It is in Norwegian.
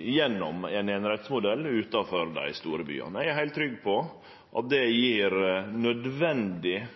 gjennom ein einerettsfordel utanfor dei store byane. Eg er heilt trygg på at det